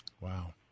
Wow